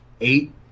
eight